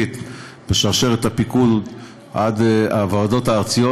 מחוזית ושרשרת הפיקוד עד הוועדות הארציות